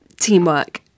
teamwork